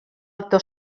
actor